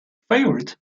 favorite